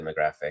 demographic